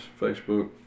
Facebook